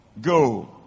Go